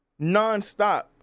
nonstop